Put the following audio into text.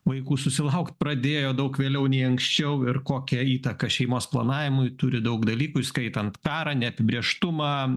vaikų susilaukt pradėjo daug vėliau nei anksčiau ir kokią įtaką šeimos planavimui turi daug dalykų įskaitant karą neapibrėžtumą